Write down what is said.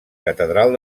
catedral